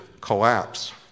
collapse